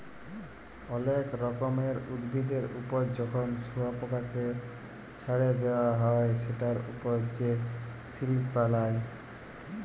অলেক রকমের উভিদের ওপর যখন শুয়পকাকে চ্ছাড়ে দেওয়া হ্যয় সেটার ওপর সে সিল্ক বালায়